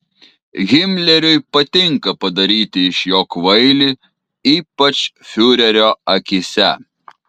himleriui patinka padaryti iš jo kvailį ypač fiurerio akyse